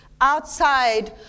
outside